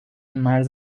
مرز